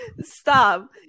Stop